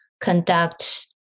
conduct